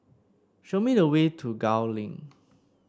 show me the way to Gul Link